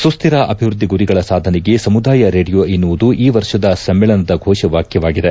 ಸುಹ್ಹರ ಅಭಿವೃದ್ದಿ ಗುರಿಗಳ ಸಾಧನೆಗೆ ಸಮುದಾಯ ರೇಡಿಯೋ ಎನ್ನುವುದು ಈ ವರ್ಷದ ಸಮ್ನೇಳನದ ಘೋಷವಾಕ್ಷವಾಗಿದೆ